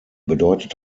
bedeutet